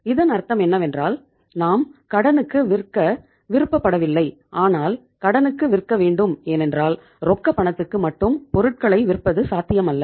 இதன் அர்த்தம் என்னவென்றால் நாம் கடனுக்கு விற்க விருப்ப படவில்லை ஆனால் கடனுக்கும் விற்க வேண்டும் ஏனென்றால் ரொக்க பணத்துக்கு மட்டும் பொருட்களை விற்பது சாத்தியமல்ல